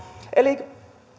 eli